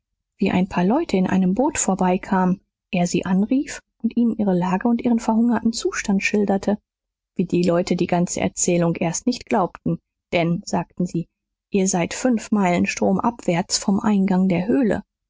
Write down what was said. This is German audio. wie ein paar leute in einem boot vorbeikamen er sie anrief und ihnen ihre lage und ihren verhungerten zustand schilderte wie die leute die ganze erzählung erst nicht glaubten denn sagten sie ihr seid fünf meilen stromabwärts vom eingang der höhle